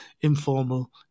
informal